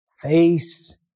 face